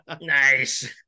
nice